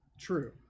true